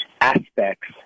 aspects